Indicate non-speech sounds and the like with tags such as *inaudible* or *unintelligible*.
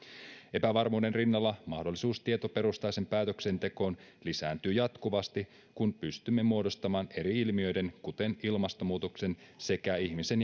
epävarmuuden rinnalla mahdollisuus tietoperustaiseen päätöksentekoon lisääntyy jatkuvasti kun pystymme muodostamaan eri ilmiöiden kuten ilmastonmuutoksen sekä ihmisen *unintelligible*